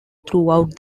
throughout